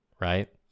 right